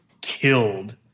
killed